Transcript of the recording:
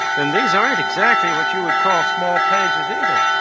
and these aren't exactly what you'd call small pages, either.